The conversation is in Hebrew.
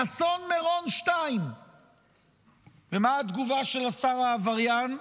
אסון מירון 2. ומה התגובה של השר העבריין,